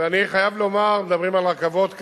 אני חייב לומר, מדברים על רכבות כאן,